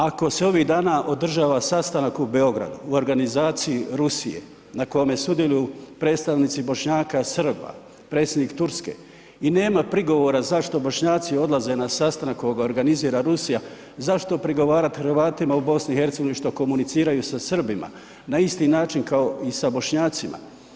Ako se ovih dana održava sastanak u Beogradu u organizaciji Rusije na kome sudjeluju predstavnici Bošnjaka, Srba, predsjednik Turske i nema prigovora zašto Bošnjaci odlaze na sastanak kojeg organizira Rusija zašto prigovarati Hrvatima u BiH što komuniciraju sa Srbima na isti način kao i sa Bošnjacima.